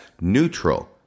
neutral